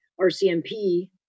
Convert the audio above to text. RCMP